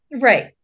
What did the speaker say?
Right